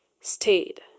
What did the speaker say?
stayed